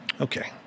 Okay